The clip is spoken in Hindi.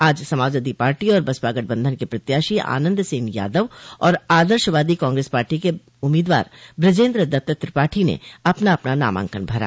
आज समाजवादी पार्टी और बसपा गठबंधन के प्रत्याशी आनन्द सेन यादव और आदर्शवादी कांग्रेस पार्टी के उम्मीदवार बूजेन्द्र दत्त त्रिपाठी ने अपना अपना नामांकन भरा